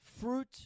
fruit